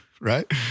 right